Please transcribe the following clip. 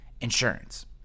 insurance